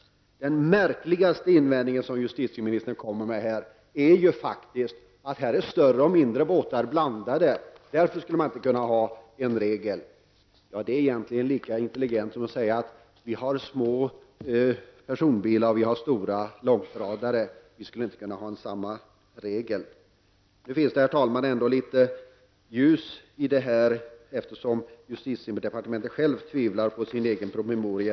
Den märkligaste invändning justitieministern kommer med är att större och mindre båtar är blandade och man därför inte skulle kunna ha en regel. Det är egentligen lika intelligent som att säga att vi har små personbilar och stora långtradare och därför inte kan ha samma regler. Det finns dock, herr talman, litet ljus i detta, eftersom justitiedepartementet själv tvivlar på sin egen promemoria.